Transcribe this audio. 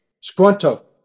Squanto